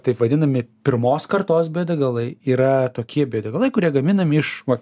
taip vadinami pirmos kartos biodegalai yra tokie biodegalai kurie gaminami iš vat